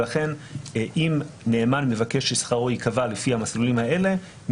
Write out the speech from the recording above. ואכן אם נאמן מבקש ששכרו ייקבע לפי המסלולים האלה,